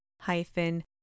hyphen